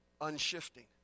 Unshifting